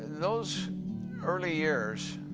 those early years,